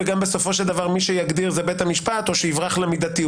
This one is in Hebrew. וגם בסופו של דבר מי שיגדיר זה בית המשפט או שיברח למידתיות.